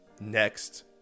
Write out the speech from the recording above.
next